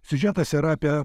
siužetas yra apie